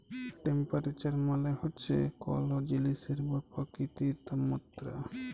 temperature মালে হছে কল জিলিসের বা পকিতির তাপমাত্রা